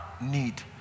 need